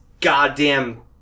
goddamn